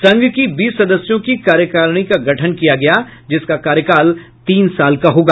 संघ की बीस सदस्यों की कार्यकारिणी का गठन किया गया है जिसका कार्यकाल तीन साल का होगा